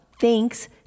Thanks